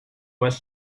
was